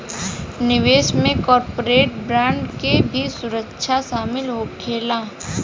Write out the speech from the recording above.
निवेश में corporate bond के भी सुरक्षा शामिल होखेला